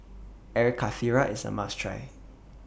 Air Karthira IS A must Try